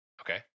Okay